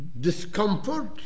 discomfort